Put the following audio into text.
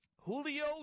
Julio